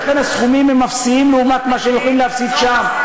ולכן הסכומים הם אפסיים לעומת מה שהם יכולים להפסיד שם,